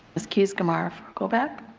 keys-gamarra for a go-back.